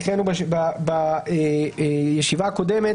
קראנו את זה בישיבה הקודמת.